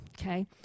okay